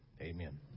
Amen